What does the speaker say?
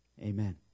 Amen